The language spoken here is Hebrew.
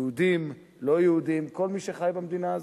יהודים, לא יהודים, כל מי שחי במדינה הזאת.